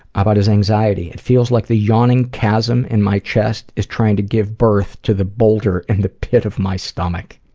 about his anxiety. it feels like the yawning chasm in my chest is trying to give birth to the boulder in the pit of my stomach.